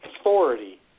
authority